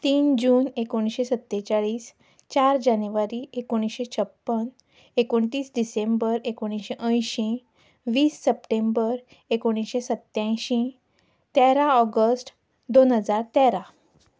तीन जून एकोणशे सत्तेचाळीस चार जानेवारी एकोणीशे छापन्न एकोणतीस डिसेंबर एकोणीशे अंयशीं वीस सप्टेंबर एकोणीशे सत्त्यांयशीं तेरा ऑगस्ट दोन हजार तेरा